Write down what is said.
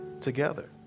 together